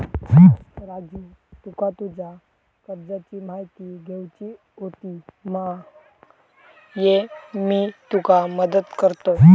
राजू तुका तुज्या कर्जाची म्हायती घेवची होती मा, ये मी तुका मदत करतय